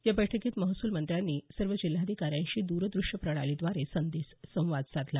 या बैठकीत महसूल मंत्र्यांनी सर्व जिल्हाधिकाऱ्यांशी दुरद्रष्यप्रणालीद्वारे संवाद साधला